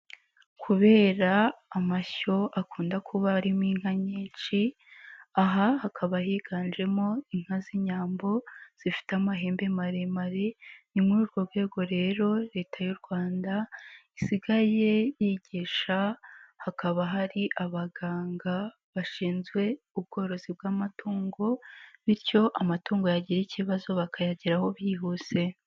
Kubera amashyo akunda kuba arimo inka nyinshi, aha hakaba higanjemo inka z'inyambo zifite amahembe maremare, ni muri urwo rwego rero leta y'u Rwanda, isigaye yigisha hakaba hari abaganga bashinzwe ubworozi bw'amatungo, bityo amatungo yagira ikibazo bakayageraho bihuse.